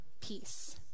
peace